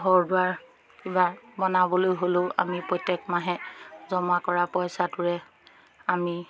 ঘৰ দুৱাৰ কিবা বনাবলৈ হ'লেও আমি প্ৰত্যেক মাহে জমা কৰা পইচাটোৰে আমি